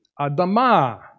Adama